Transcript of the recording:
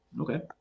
okay